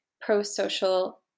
pro-social